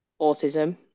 autism